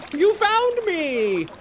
you found me.